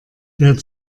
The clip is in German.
der